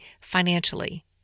financially